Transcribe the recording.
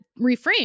reframe